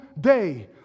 day